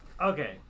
okay